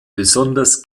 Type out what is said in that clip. besonders